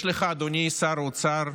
יש לך, אדוני שר האוצר,